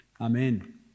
Amen